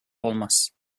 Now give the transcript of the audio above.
olmaz